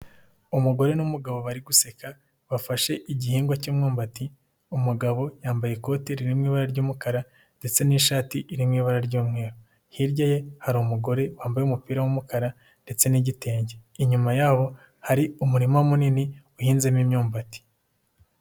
Umugore n'umugabo bari guseka bafashe igihingwa cy'umyumbati umugabo yambaye ikote riri mu ibara ry'umukara ndetse n'ishati iri mu ibara ry'umweru, hirya ye hari umugore wambaye umupira w'umukara ndetse n'igitenge, inyuma yabo hari umurima munini uhinzemo imyumbati.